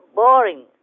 boring